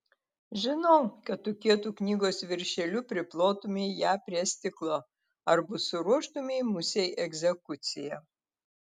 žinau kad tu kietu knygos viršeliu priplotumei ją prie stiklo arba suruoštumei musei egzekuciją